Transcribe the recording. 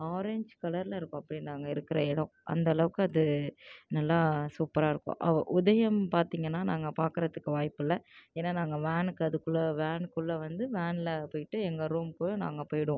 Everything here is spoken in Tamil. ஆரஞ்ச் கலரில் இருக்கும் அப்படியே நாங்கள் இருக்கிற இடம் அந்தளவுக்கு அது நல்லா சூப்பராக இருக்கும் உதயம் பார்த்திங்கனா நாங்கள் பார்க்குறதுக்கு வாய்ப்பில்லை ஏன்னால் நாங்கள் வேனுக்கு அதுக்குள்ளே வேனுக்குள்ளே வந்து வேனில் போய்விட்டு எங்கள் ரூமுக்கு நாங்கள் போய்விடுவோம்